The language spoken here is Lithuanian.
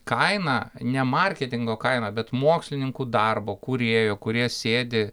kaina ne marketingo kaina bet mokslininkų darbo kūrėjų kurie sėdi